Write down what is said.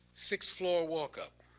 sixth floor walk up.